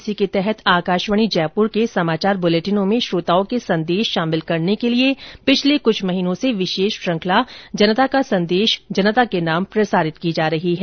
इसी के तहत आकाशवाणी जयपुर के समाचार बुलेटिनों में श्रोताओं के संदेश शामिल करने के लिए पिछले कुछ महीनों से विशेष श्रुखंला जनता का संदेश जनता के नाम प्रसारित की जा रही है